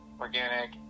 organic